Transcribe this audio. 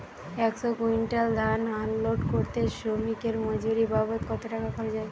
একশো কুইন্টাল ধান আনলোড করতে শ্রমিকের মজুরি বাবদ কত টাকা খরচ হয়?